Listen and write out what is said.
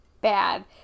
bad